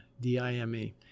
D-I-M-E